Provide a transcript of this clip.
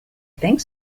think